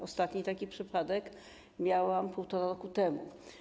Ostatni taki przypadek miałam półtora roku temu.